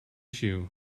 issue